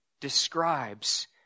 describes